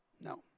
No